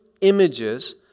images